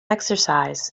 exercise